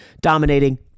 dominating